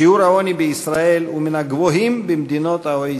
שיעור העוני בישראל הוא מן הגבוהים במדינות ה-OECD.